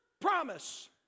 promise